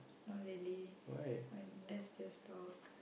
not really but let just talk